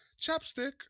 Chapstick